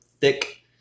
thick